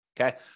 Okay